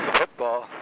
football